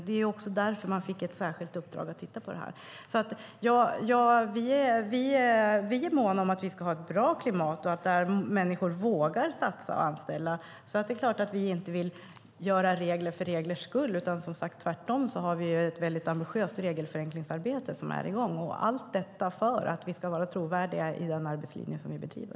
Det var också därför den fick ett särskilt uppdrag att titta på detta. Vi är måna om att Sverige ska ha ett bra klimat där människor vågar satsa och anställa. Vi vill inte göra regler för reglers skull, utan tvärtom har vi ett ambitiöst regelförenklingsarbete - och allt detta för att vi ska vara trovärdiga i den arbetslinje vi bedriver.